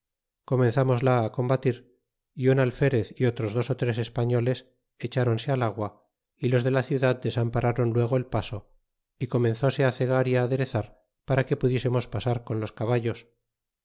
moda combatir y un alferez y otros dos tris e pafiens echroase al agrr y los de la ciudad desamparrou luego el paso y comenzóse cegar y adere zar para que puttésemos pasar con los caballos